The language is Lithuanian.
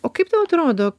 o kaip tau atrodo